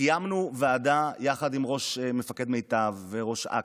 קיימנו דיון בוועדה שלי עם מפקד מיטב וראש אכ"א,